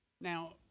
Now